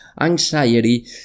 anxiety